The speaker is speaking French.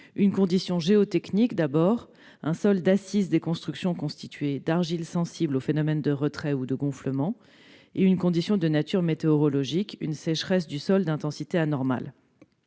une condition géotechnique, un sol d'assise des constructions constitué d'argile sensible aux phénomènes de retrait et/ou de gonflement ; deuxièmement, une condition de nature météorologique, une sécheresse du sol d'intensité anormale.